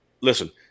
Listen